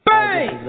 Bang